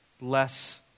less